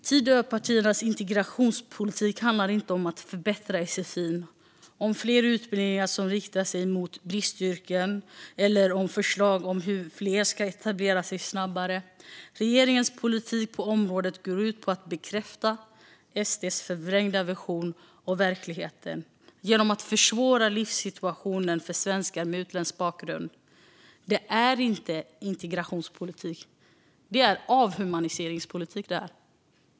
Tidöpartiernas integrationspolitik handlar inte om att förbättra sfi, om fler utbildningar som riktar sig mot bristyrken eller om förslag om hur fler ska etablera sig snabbare. Regeringens politik på området går ut på att bekräfta SD:s förvrängda version av verkligheten genom att försvåra livssituationen för svenskar med utländsk bakgrund. Det är inte integrationspolitik. Det är avhumaniseringspolitik.